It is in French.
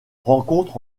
rencontres